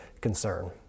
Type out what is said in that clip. concern